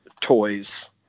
toys